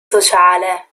sociale